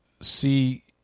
see